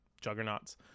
juggernauts